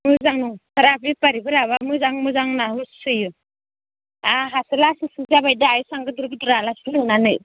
मोजां नंथारा बेफारिफोरा मोजां मोजां होनना होसोयो आंहासो लासिंसिं जाबाय दा एसां गोदोर गोदोर आलासि लिंनानै